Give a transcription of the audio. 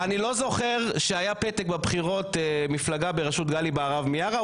אני לא זוכר שהיה פתק בבחירות מפלגה בראשות גלי בהרב מיארה,